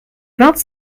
vingt